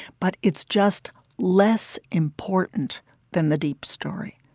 but it's just less important than the deep story.